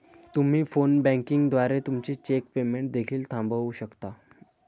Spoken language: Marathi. तुम्ही फोन बँकिंग द्वारे तुमचे चेक पेमेंट देखील थांबवू शकता